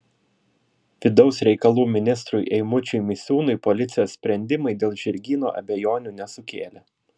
vidaus reikalų ministrui eimučiui misiūnui policijos sprendimai dėl žirgyno abejonių nesukėlė